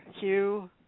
Hugh